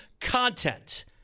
content